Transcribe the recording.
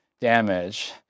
damage